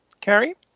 Carrie